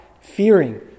fearing